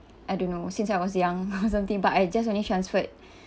I don't know since I was young or something but I just only transferred